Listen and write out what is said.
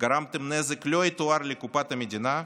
גרמתם נזק לא יתואר לקופת המדינה,